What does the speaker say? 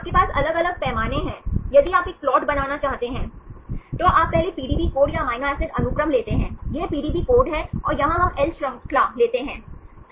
तो आपके पास अलग अलग पैमाने हैं यदि आप एक प्लाट बनाना चाहते हैं तो आप पहले पीडीबी कोड या एमिनो एसिड अनुक्रम लेते हैं यह पीडीबी कोड है और यहां हम एल श्रृंखला लेते हैं